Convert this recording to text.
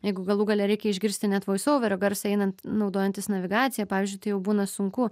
jeigu galų gale reikia išgirsti net voisouverio garsą einant naudojantis navigacija pavyzdžiui tai jau būna sunku